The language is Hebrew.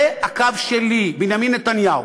זה הקו שלי, בנימין נתניהו.